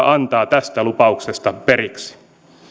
antaa tästä lupauksesta periksi